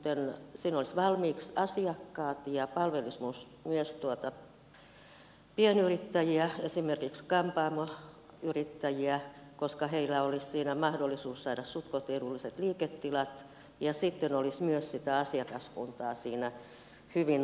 eli siinä olisi valmiiksi asiakkaat ja ne palvelisivat myös pienyrittäjiä esimerkiksi kampaamoyrittäjiä koska heillä olisi siinä mahdollisuus saada suhtkoht edulliset liiketilat ja sitten olisi myös sitä asiakaskuntaa siinä hyvin saatavilla